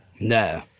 No